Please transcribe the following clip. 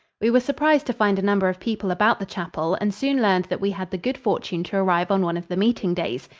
we were surprised to find a number of people about the chapel and soon learned that we had the good fortune to arrive on one of the meeting days.